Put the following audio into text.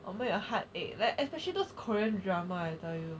will make your heart ache like especially those korean drama I tell you